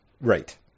Right